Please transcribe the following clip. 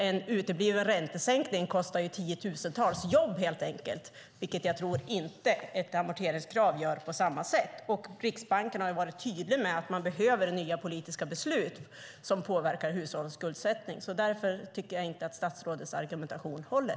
En utebliven räntesänkning kostar ju tiotusentals jobb, helt enkelt, vilket jag inte tror att ett amorteringskrav gör. Och Riksbanken har varit tydlig med att man behöver nya politiska beslut som påverkar hushållens skuldsättning. Därför tycker jag inte att statsrådets argumentation håller.